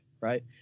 right